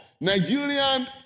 Nigerian